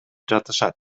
жатышат